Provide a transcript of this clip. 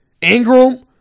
Ingram